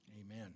Amen